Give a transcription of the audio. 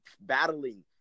battling